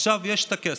עכשיו יש כסף,